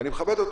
ואני מכבד אותה,